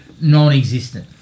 non-existent